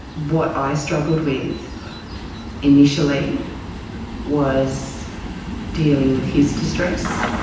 what i struggled with initially was dealing with his distress.